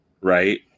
right